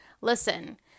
Listen